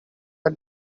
are